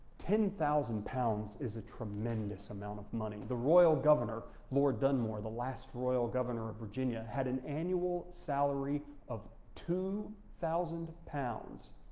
ten thousand pounds is a tremendous amount of money. the royal governor, lord dunmore, the last royal governor of virginia had an annual salary of two thousand pounds,